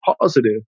positive